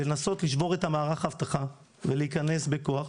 לנסות לשבור את מערך האבטחה ולהיכנס בכוח.